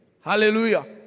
Hallelujah